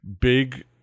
big